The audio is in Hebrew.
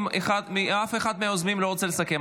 אם אף אחד מהיוזמים לא רוצה לסכם,